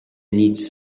needs